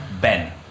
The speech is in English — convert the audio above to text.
Ben